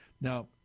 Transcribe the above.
Now